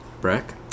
Breck